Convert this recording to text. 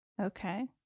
Okay